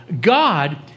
God